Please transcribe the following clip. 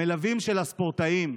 המלווים של הספורטאים,